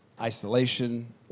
isolation